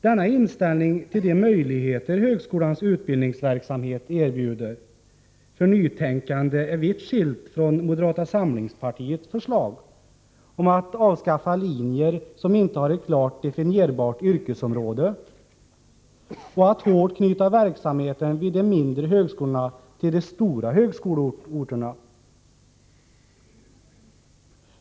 Denna inställning till de möjligheter för nytänkande som högskolans utbildningsverksamhet erbjuder är vitt skild från moderata samlingspartiets förslag om att avskaffa linjer som inte har ett klart definierat yrkesområde och att hårt knyta verksamheten vid de mindre högskolorna till de stora högskoleorterna.